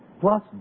plus